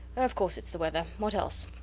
of course its the weather what else?